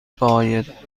باید